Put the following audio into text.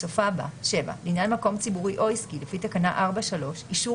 בסופה בא: (7) לעניין מקום ציבורי או עסקי לפי תקנה 4(3) אישור